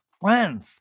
friends